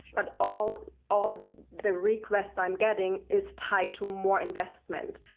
but all all the requests i'm getting is tied to more investment.